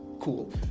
Cool